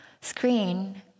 screen